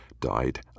died